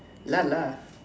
lah lah